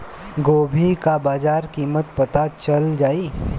गोभी का बाजार कीमत पता चल जाई?